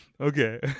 Okay